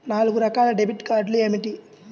నాలుగు రకాల డెబిట్ కార్డులు ఏమిటి?